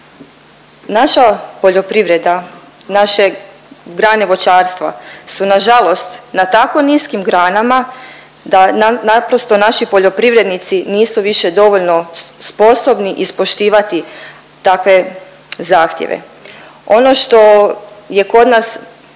Naša poljoprivreda, naše grane voćarstva su nažalost na tako niskim granama da naprosto naši poljoprivrednici nisu više dovoljno sposobni ispoštivati takve zahtjeve. Ono što je kod nas